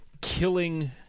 killing